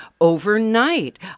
overnight